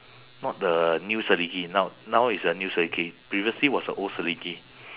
not the new selegie now now it's a new selegie previously was a old selegie